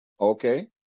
Okay